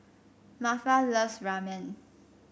Martha loves Ramen